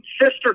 sister